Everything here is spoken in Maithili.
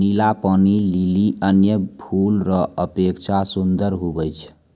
नीला पानी लीली अन्य फूल रो अपेक्षा सुन्दर हुवै छै